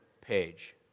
page